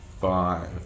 five